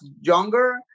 younger